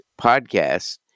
podcast